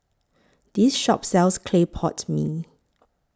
This Shop sells Clay Pot Mee